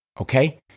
okay